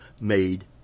made